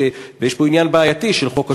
ויש פה עניין בעייתי של חוק השבות,